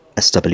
SW